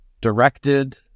directed